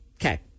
Okay